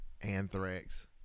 Anthrax